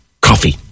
coffee